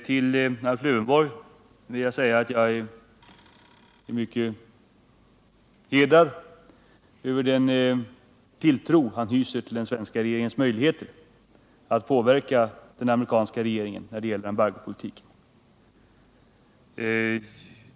Till Alf Lövenborg vill jag säga att jag är mycket hedrad över den tilltro han hyser till den svenska regeringens möjligheter att påverka den amerikanska regeringen när det gäller embargopolitiken.